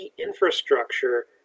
infrastructure